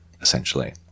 essentially